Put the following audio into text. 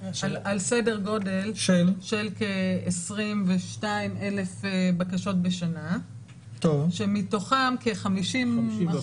אנחנו מדברים על סדר גודל של כ-22,000 בקשות בשנה שמתוכן כ-50%,